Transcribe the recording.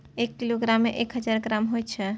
एक किलोग्राम में एक हजार ग्राम होय छै